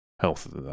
health